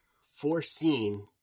foreseen